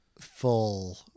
full